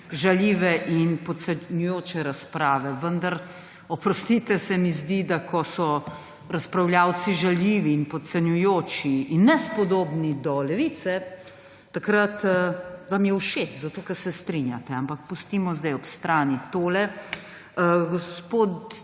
žaljive in podcenjujoče razprave, vendar, oprostite, se mi zdi, da ko so razpravljavci žaljivi in podcenjujoči in nespodobni do Levice, takrat vam je všeč, ker se strinjate. Ampak pustimo zdaj ob strani tole. Gospod